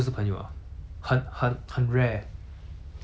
所以说我 like 我认识的人 hor 都是那种